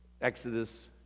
Exodus